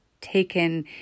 taken